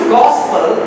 gospel